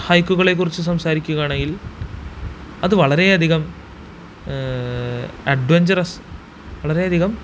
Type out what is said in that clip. ഹൈക്കുകളെ കുറിച്ച് സംസാരിക്കുവാണേൽ അത് വളരെയധികം അഡ്വഞ്ചറസ് വളരെ അധികം